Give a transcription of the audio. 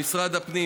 במשרד הפנים,